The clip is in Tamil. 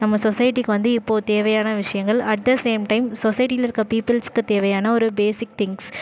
நம்ம சொசைட்டிக்கு வந்து இப்போது தேவையான விஷயங்கள் அட் த சேம் டைம் சொசைட்டியில இருக்க பிபுல்ஸ்க்கு தேவையான ஒரு பேசிக் திங்ஸ்